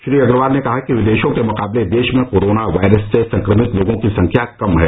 श्री अग्रवाल ने कहा कि विदेशों के मुकाबले देश में कोरोना वायरस से संक्रमित लोगों की संख्या कम है